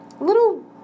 little